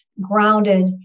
grounded